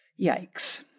Yikes